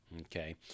Okay